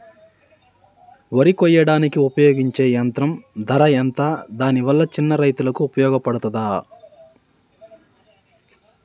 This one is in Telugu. వరి కొయ్యడానికి ఉపయోగించే యంత్రం ధర ఎంత దాని వల్ల చిన్న రైతులకు ఉపయోగపడుతదా?